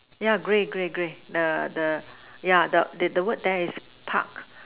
yeah grey grey grey the the yeah the the word there is Park